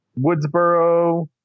Woodsboro